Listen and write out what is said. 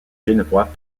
genevois